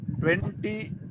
Twenty